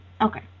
Okay